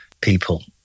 people